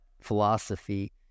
philosophy